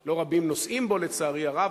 לא רבים נושאים בו, לצערי הרב.